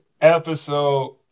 episode